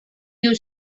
you